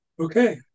Okay